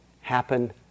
happen